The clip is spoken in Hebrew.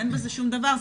אין בזה שום דבר,